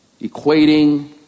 equating